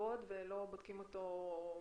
לעבוד ולא בודקים אותו מאז.